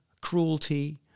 cruelty